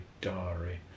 diary